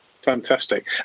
Fantastic